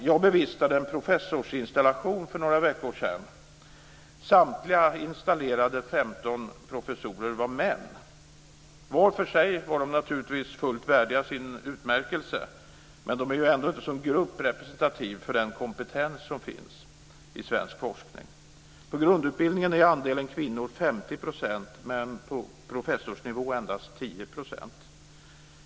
Jag bevistade en professorsinstallation för några veckor sedan. Samtliga 15 installerade professorer var män. Var för sig var de naturligtvis fullt värdiga sin utmärkelse, men de är ändå inte som grupp representativa för den kompetens som finns i svensk forskning. På grundutbildningen är andelen kvinnor 50 %, men på professorsnivå endast 10 %.